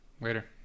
Later